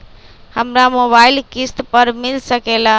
हमरा मोबाइल किस्त पर मिल सकेला?